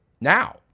now